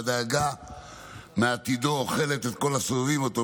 והדאגה לעתידו אוכלת את כל הסובבים אותו,